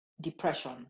depression